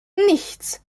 nichts